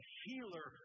healer